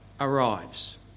arrives